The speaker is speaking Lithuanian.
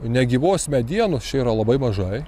negyvos medienos čia yra labai mažai